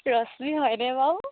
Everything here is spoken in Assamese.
ৰশ্মি হয়নে বাৰু